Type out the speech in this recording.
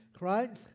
right